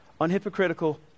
unhypocritical